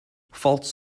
faults